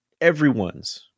everyone's